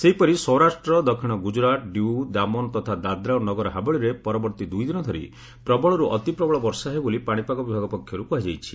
ସେହିପରି ସୌରାଷ୍ଟ୍ର ଦକ୍ଷିଣ ଗୁଜରାଟ ଡ୍ୟୁ ଦାମନ ତଥା ଦାଦ୍ରା ଓ ନଗର ହାବେଳିରେ ପରବର୍ତ୍ତୀ ଦୁଇଦିନ ଧରି ପ୍ରବଳରୁ ଅତିପ୍ରବଳ ବର୍ଷା ହେବ ବୋଲି ପାଣିପାଗ ବିଭାଗ ପକ୍ଷରୁ କୁହାଯାଇଛି